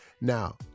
Now